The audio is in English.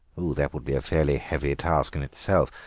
that would be a fairly heavy task in itself.